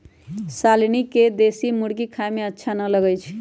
शालनी के देशी मुर्गी खाए में अच्छा न लगई छई